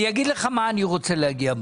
אני אגיד לך למה אני רוצה להגיע בסוף.